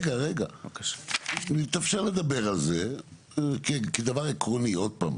אני רוצה לדבר על הסעיף הזה.